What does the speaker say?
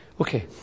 Okay